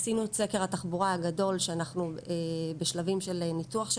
עשינו את סקר התחבורה הגדול שאנחנו בשלבים של ניתוח של